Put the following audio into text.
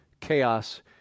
chaos